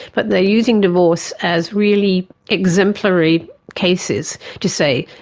but they're using divorce as really exemplary cases to say,